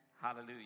Hallelujah